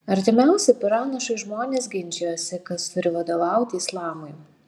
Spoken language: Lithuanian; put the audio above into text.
artimiausi pranašui žmonės ginčijosi kas turi vadovauti islamui